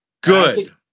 Good